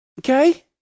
Okay